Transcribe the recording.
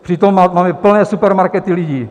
Přitom máme plné supermarkety lidí.